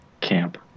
camp